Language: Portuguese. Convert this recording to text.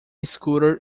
scooter